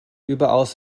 überaus